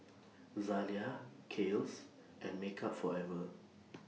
Zalia Kiehl's and Makeup Forever